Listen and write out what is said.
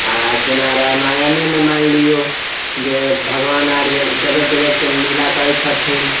आ जेना रामायणे मे माइन लियौ जे भगवान आर जे गजब गजब के लीला करै छथिन